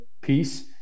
piece